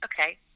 okay